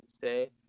say